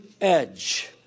edge